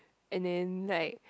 and then like